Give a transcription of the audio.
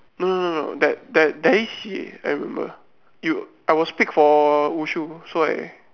no no no no that that there is C_C_A I remember you I was picked for wushu so I